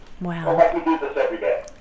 Wow